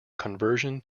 conversion